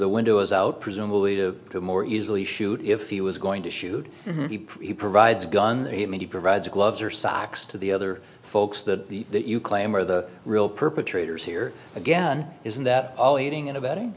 the window is out presumably to more easily shoot if he was going to shoot he provides a gun that he provides gloves or socks to the other folks that you claim are the real perpetrators here again isn't that all eating and abetting